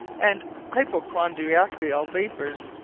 and hypochondriacall vapours,